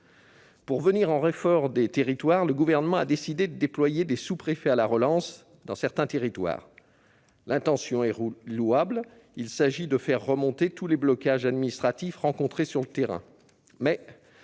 Pour venir en renfort des territoires, le Gouvernement a décidé de déployer des sous-préfets à la relance. L'intention est louable : il s'agit de faire remonter tous les blocages administratifs rencontrés sur le terrain.